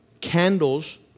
candles